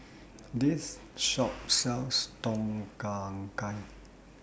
This Shop sells Tom Kha Gai